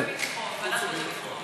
ועדת החוץ והביטחון.